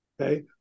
Okay